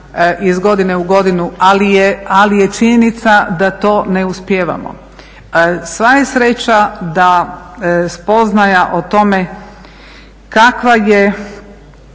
iz godine u godinu ali je činjenica da to ne uspijevamo. Sva je sreća da spoznaja o tome kakva je